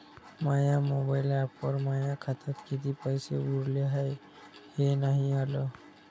माया mobile ॲपवर माया खात्यात किती पैसे उरले हाय हे नाही आलं